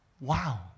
Wow